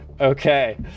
okay